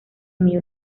miss